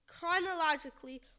chronologically